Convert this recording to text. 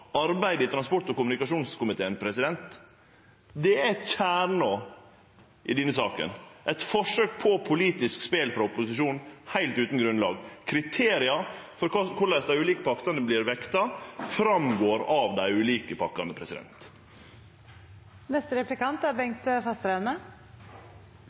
arbeid i transport- og kommunikasjonskomiteen. Det er kjernen i denne saka – eit forsøk på politisk spel frå opposisjonen heilt utan grunnlag. Kriteria for korleis dei ulike partane vert vekta, går fram av dei ulike pakkane.